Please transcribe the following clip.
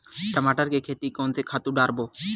टमाटर के खेती कोन से खातु डारबो?